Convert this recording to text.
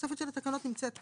התוספת של התקנות נמצאת פה.